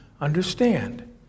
understand